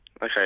Okay